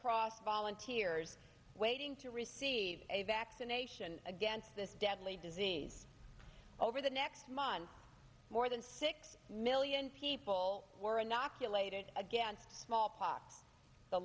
cross volunteers waiting to receive a vaccination against this deadly disease over the next month more than six million people were inoculated against smallpox the